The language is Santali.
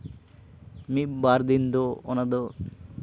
ᱢᱤᱫᱵᱟᱨ ᱫᱤᱱ ᱫᱚ ᱚᱱᱟ ᱫᱚ